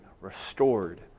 restored